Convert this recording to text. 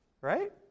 right